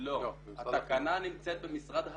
לא במשרד החוץ.